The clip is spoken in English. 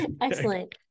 Excellent